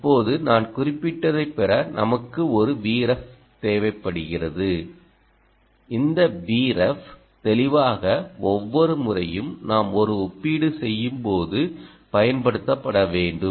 இப்போது நான் குறிப்பிட்டதைத் பெற நமக்கு ஒரு Vref தேவைப்படுகிறது இந்த Vref தெளிவாக ஒவ்வொரு முறையும் நாம் ஒரு ஒப்பீடு செய்யும்போது பயன்படுத்தப்பட வேண்டும்